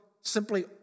simply